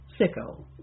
sicko